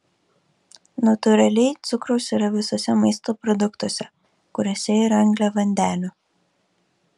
natūraliai cukraus yra visuose maisto produktuose kuriuose yra angliavandenių